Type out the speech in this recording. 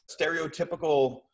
stereotypical